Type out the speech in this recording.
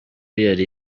yari